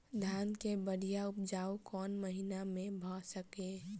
धान केँ बढ़िया उपजाउ कोण महीना मे भऽ सकैय?